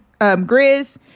Grizz